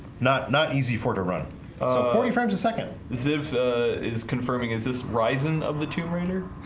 not not easy for to run forty frames a second as if is confirming is this risin of the tomb raider